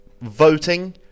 voting